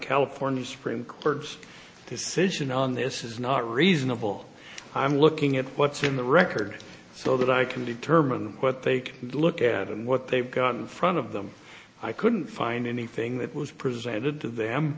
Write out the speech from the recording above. california supreme court's decision on this is not reasonable i'm looking at what's in the record so that i can determine what they can look at and what they've gotten front of them i couldn't find anything that was presented to them